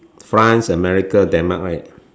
France America Denmark right